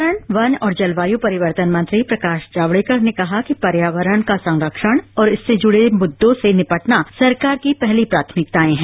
पर्यावरण वन और जलवायू परिवर्तन मंत्री प्रकाश जावड़ेकर ने कहा कि पर्यावरण का संख्यण और इसके मुद्दों से निपटना सरकार की पहली प्राथमिकताएं हैं